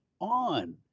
on